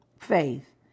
faith